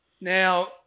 Now